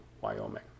Wyoming